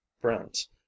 friends